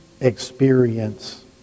experience